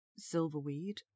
silverweed